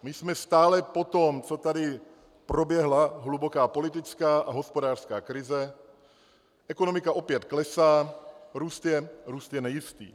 My jsme stále po tom, co tady proběhla hluboká politická a hospodářská krize, ekonomika opět klesá, růst je nejistý.